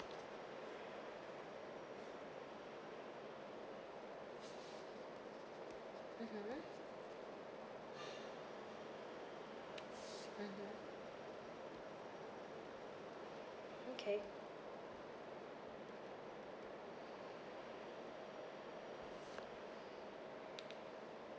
mmhmm mmhmm okay